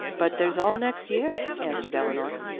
but there's all next year, answered eleanor.